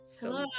Hello